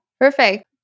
perfect